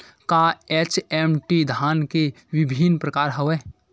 का एच.एम.टी धान के विभिन्र प्रकार हवय?